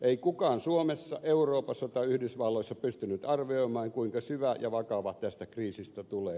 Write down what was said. ei kukaan suomessa euroopassa tai yhdysvalloissa pystynyt arvioimaan kuinka syvä ja vakava tästä kriisistä tulee